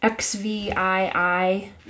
XVII